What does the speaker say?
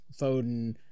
Foden